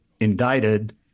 indicted